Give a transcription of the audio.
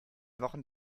wochen